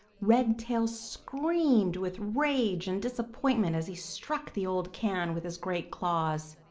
redtail screamed with rage and disappointment as he struck the old can with his great claws.